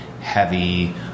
heavy